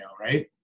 right